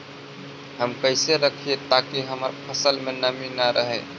हम कैसे रखिये ताकी हमर फ़सल में नमी न रहै?